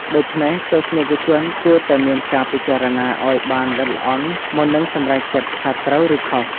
ដូច្នេះ ទស្សនិកជនគួរតែមានការពិចារណាឲ្យបានល្អិតល្អន់មុននឹងសម្រេចចិត្តថាត្រូវឬខុស។